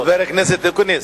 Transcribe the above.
חבר הכנסת אקוניס,